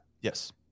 Yes